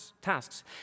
tasks